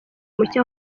muke